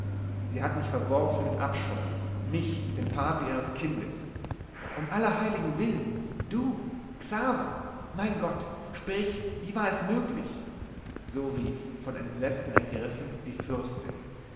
sie hat mich verworfen mit abscheu mich den vater ihres kindes um aller heiligen willen du xaver mein gott sprich wie war es möglich so rief von entsetzen ergriffen die fürstin